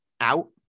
out